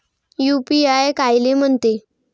UPI कायले म्हनते?